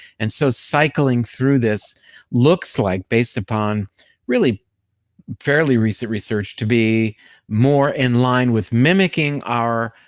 and so cycling through this looks like, based upon really fairly recent research, to be more in line with mimicking our